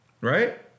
Right